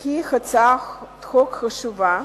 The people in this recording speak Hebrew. היא הצעת חוק חשובה